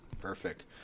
Perfect